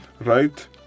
Right